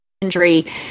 injury